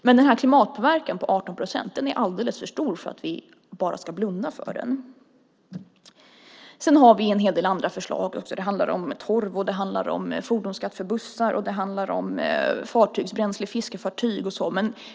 Denna klimatpåverkan på 18 procent är dock alldeles för stor för att vi ska kunna blunda för den. Sedan har vi också en hel del andra förslag. Det handlar om torv, fordonsskatt för bussar, fartygsbränsle i fiskefartyg och så vidare.